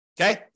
Okay